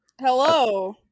Hello